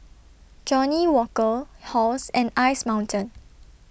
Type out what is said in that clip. Johnnie Walker Halls and Ice Mountain